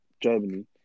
Germany